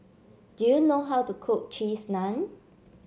do you know how to cook Cheese Naan